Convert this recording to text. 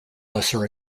lesser